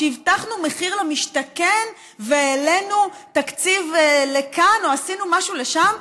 שהבטחנו מחיר למשתכן והעלינו תקציב לכאן או עשינו משהו לשם.